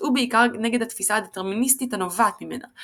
שיצאו בעיקר נגד התפיסה הדטרמיניסטית הנובעת ממנה,